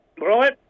Right